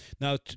Now